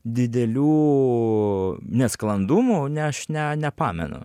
didelių nesklandumų ne aš ne nepamenu